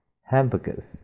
hamburgers